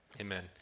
Amen